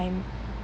time